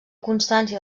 constància